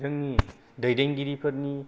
जोंनि दैदेनगिरिफोरनि